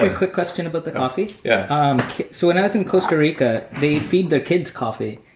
ah quick question about the coffee? yeah so when i was in costa rica they feed their kids coffee.